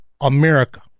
America